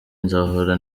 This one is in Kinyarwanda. nzahora